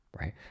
right